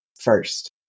first